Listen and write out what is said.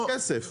שיביאו כסף.